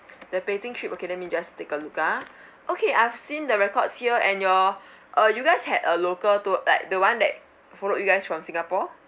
the beijing trip okay let me just take a look ah okay I've seen the records here and your uh you guys had a local tour like the one that followed you guys from singapore